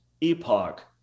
epoch